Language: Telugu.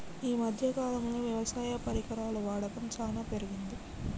ఈ మధ్య కాలం లో వ్యవసాయ పరికరాల వాడకం చానా పెరిగింది